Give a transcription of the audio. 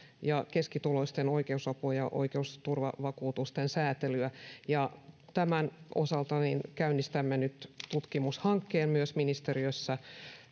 ja keskituloisten oikeusapua ja oikeusturvavakuutusten säätelyä tämän osalta käynnistämme nyt tutkimushankkeen myös ministeriössä